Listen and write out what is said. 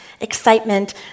excitement